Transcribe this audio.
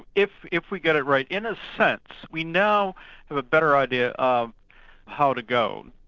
if if we get it right. in a sense we now have a better idea of how to go.